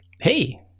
hey